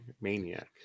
Maniac